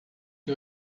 que